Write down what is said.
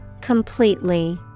Completely